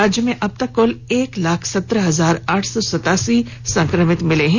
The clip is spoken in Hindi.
राज्य में अबतक कुलएक लाख सत्रह हजार आठ सौ सतासी संक्रमित मिले हैं